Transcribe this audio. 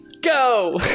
Go